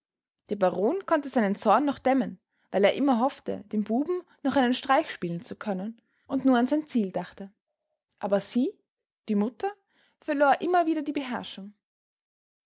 der baron konnte seinen zorn noch dämmen weil er immer hoffte dem buben noch einen streich spielen zu können und nur an sein ziel dachte aber sie die mutter verlor immer wieder die beherrschung